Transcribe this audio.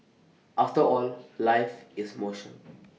after all life is motion